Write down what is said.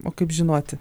o kaip žinoti